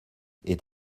est